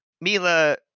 Mila